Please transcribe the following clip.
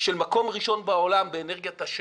של מקום ראשון בעולם באנרגיית השמש,